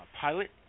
pilot